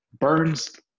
Burns